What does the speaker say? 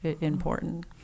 important